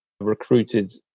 recruited